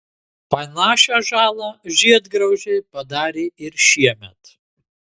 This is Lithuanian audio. panašią žalą žiedgraužiai padarė ir šiemet